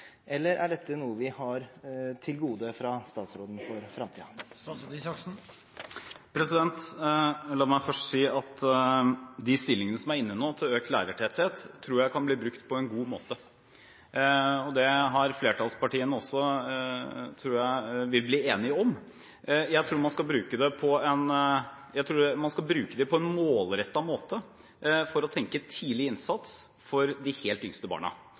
eller er dette noe vi har til gode fra statsråden for framtiden? La meg først si at de stillingene til økt lærertetthet som er inne nå, tror jeg kan bli brukt på en god måte. Det ble flertallspartiene enige om. Jeg tror man skal bruke dem på en målrettet måte for å tenke tidlig innsats for de helt yngste barna.